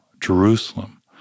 Jerusalem